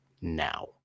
now